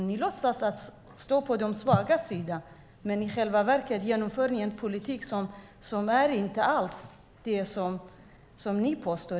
Ni låtsas stå på de svagas sida, men i själva verket genomför ni en politik som inte alls är som ni påstår.